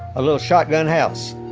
a little shotgun house.